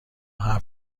هفت